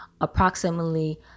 Approximately